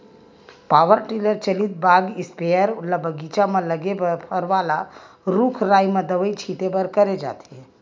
power tiller चलित बाग sprayer ल बगीचा म लगे फर वाला रूख राई म दवई छिते बर करे जाथे